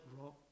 rock